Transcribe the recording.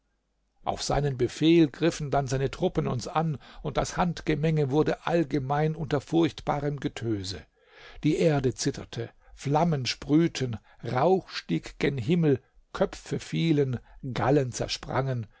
auf seinen befehl griffen dann seine truppen uns an und das handgemenge wurde allgemein unter furchtbarem getöse die erde zitterte flammen sprühten rauch stieg gen himmel köpfe fielen gallen zersprangen